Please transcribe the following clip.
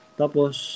tapos